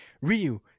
Ryu